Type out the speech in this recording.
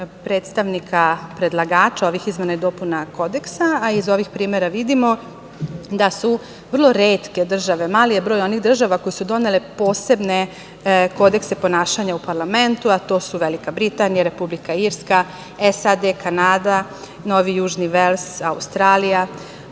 predstavnika predlagača ovih izmena i dopuna Kodeksa, a iz ovih primera vidimo da su vrlo retke države, mali je broj država koje su donele posebne kodekse ponašanja u parlamentu, a to su Velika Britanija, Republika Irska, SAD, Kanada, Novi Južni Vels, Australija.